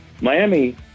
Miami